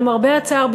למרבה הצער,